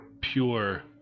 pure